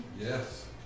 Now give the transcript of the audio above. Yes